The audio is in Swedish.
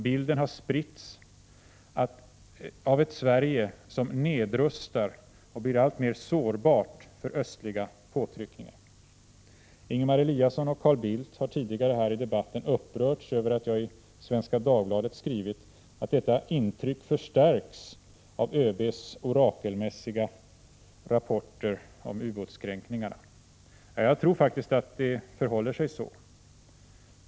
Bilden har spritts av ett Sverige som nedrustar och blir alltmer sårbart för östliga påtryckningar. Ingemar Eliasson och Carl Bildt har tidigare här i debatten upprörts över att jag i Svenska Dagbladet skrivit att detta intryck förstärks av överbefälhavarens ”orakelmässiga” rapporter om ubåtskränkningar. Ja, jag tror faktiskt att det förhåller sig så.